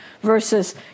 versus